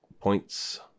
points